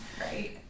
right